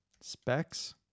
specs